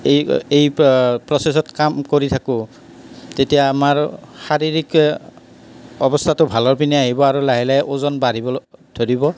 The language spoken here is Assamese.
এই এই প্ৰচেছত কাম কৰি থাকোঁ তেতিয়া আমাৰ শাৰীৰিক অৱস্থাটো ভালৰপিনে আহিব আৰু লাহে লাহে ওজন বাঢ়িবলৈ ধৰিব